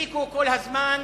תפסיקו כל הזמן